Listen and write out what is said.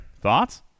thoughts